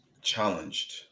challenged